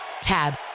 TAB